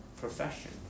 profession